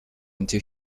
into